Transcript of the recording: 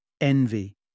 Envy